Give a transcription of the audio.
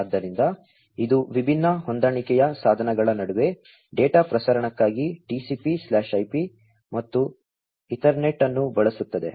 ಆದ್ದರಿಂದ ಇದು ವಿಭಿನ್ನ ಹೊಂದಾಣಿಕೆಯ ಸಾಧನಗಳ ನಡುವೆ ಡೇಟಾ ಪ್ರಸರಣಕ್ಕಾಗಿ TCPIP ಮತ್ತು ಈಥರ್ನೆಟ್ ಅನ್ನು ಬಳಸುತ್ತದೆ